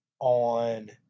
on